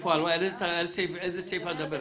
על איזה סעיף את מדברת?